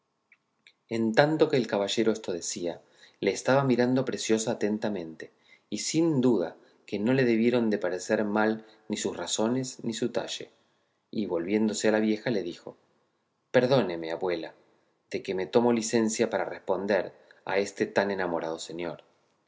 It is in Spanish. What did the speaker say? en tanto que el caballero esto decía le estaba mirando preciosa atentamente y sin duda que no le debieron de parecer mal ni sus razones ni su talle y volviéndose a la vieja le dijo perdóneme abuela de que me tomo licencia para responder a este tan enamorado señor